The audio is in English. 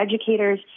educators